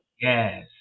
Yes